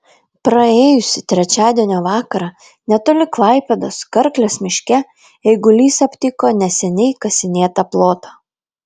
praėjusį trečiadienio vakarą netoli klaipėdos karklės miške eigulys aptiko neseniai kasinėtą plotą